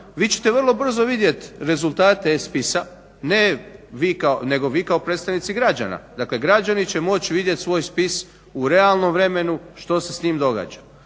vi ćete vrlo brzo vidjet rezultate e-spisa, ne vi kao nego vi kao predstavnici građana. Dakle građani će moći vidjet svoj spis u realnom vremenu što se s tim događa.